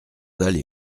allés